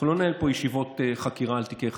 אנחנו לא ננהל פה ישיבות חקירה על תיקי חקירה.